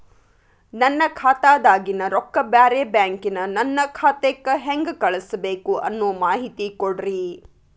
ನನ್ನ ಖಾತಾದಾಗಿನ ರೊಕ್ಕ ಬ್ಯಾರೆ ಬ್ಯಾಂಕಿನ ನನ್ನ ಖಾತೆಕ್ಕ ಹೆಂಗ್ ಕಳಸಬೇಕು ಅನ್ನೋ ಮಾಹಿತಿ ಕೊಡ್ರಿ?